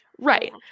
right